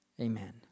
Amen